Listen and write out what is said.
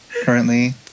currently